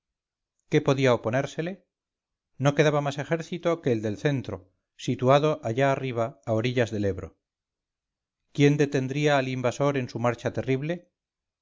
qué podía oponérsele no quedaba más ejército que el del centro situado allá arriba a orillas del ebro quién detendría al invasor en su marcha terrible